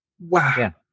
wow